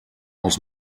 els